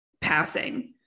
passing